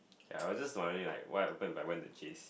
ya I was just wondering like what would happen if I went to J_C